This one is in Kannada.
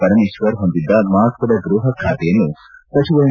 ಪರಮೇಶ್ವರ್ ಹೊಂದಿದ್ದ ಮಪತ್ವದ ಗೃಪ ಖಾತೆಯನ್ನು ಸಚಿವ ಎಂ